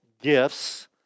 gifts